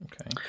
Okay